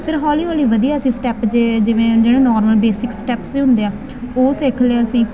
ਫਿਰ ਹੌਲੀ ਹੌਲੀ ਵਧੀਆ ਅਸੀਂ ਸਟੈਪ ਜੇ ਜਿਵੇਂ ਨੋਰਮਲ ਬੇਸਿਕ ਸਟੈਪਸ ਹੁੰਦੇ ਆ ਉਹ ਸਿੱਖ ਲਏ ਅਸੀਂ ਫਿਰ ਹੌਲੀ ਹੌਲੀ ਸਰ ਨੇ